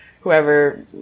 whoever